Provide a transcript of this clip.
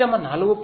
పరిశ్రమ 4